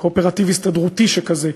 קואופרטיב הסתדרותי שכזה,